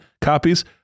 copies